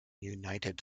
united